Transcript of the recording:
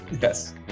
Yes